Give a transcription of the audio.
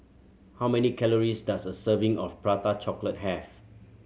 how many calories does a serving of Prata Chocolate have